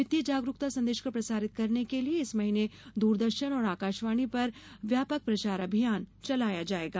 वित्तीय जागरूकता संदेश को प्रसारित करने के लिए इस महीने दूरदर्शन और आकाशवाणी पर व्यापक प्रचार अभियान चलाया जाएगा